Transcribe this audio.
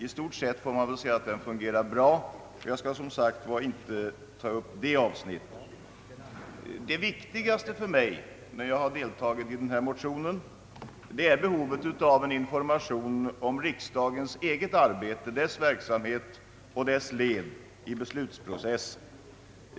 I stort sett får man säga att den fungerar bra, och jag skall som sagt inte ta upp det avsnittet till debatt. Det viktigaste för mig, när jag har deltagit i denna motion, har varit behovet av en information om riksdagens eget arbete, dess verksamhet och dess led i beslutsprocessen.